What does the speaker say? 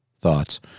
thoughts